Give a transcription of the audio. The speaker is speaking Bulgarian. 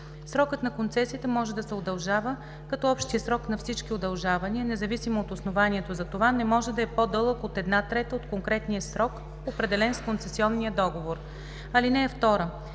Срокът на концесията може да се удължава, като общият срок на всички удължавания, независимо от основанието за това, не може да е по-дълъг от една трета от конкретния срок, определен с концесионния договор. (2) В